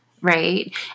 right